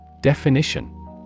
Definition